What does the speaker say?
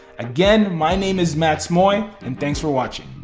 again, my name is mats moy and thanks for watching.